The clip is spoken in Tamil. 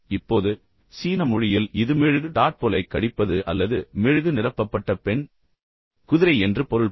இப்போது சீன மொழியில் இது மெழுகு டாட்போல் அல்லது மெழுகு நிரப்பப்பட்ட பெண் குதிரையை கடிப்பது என்று பொருள்படும்